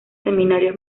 seminarios